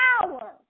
power